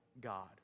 God